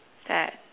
that